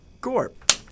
Gorp